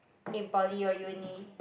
in poly or uni